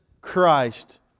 Christ